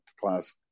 class